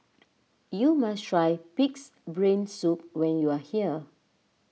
you must try Pig's Brain Soup when you are here